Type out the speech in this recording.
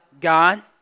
God